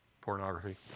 pornography